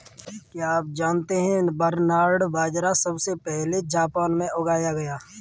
क्या आप जानते है बरनार्ड बाजरा सबसे पहले जापान में उगाया गया